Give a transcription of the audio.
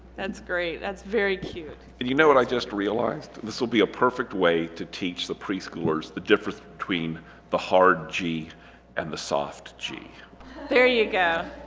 that's great. that's very cute and you know what i just realized this will be a perfect way to teach the preschoolers the difference between the hard g and the soft g there you go